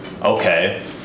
okay